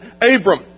Abram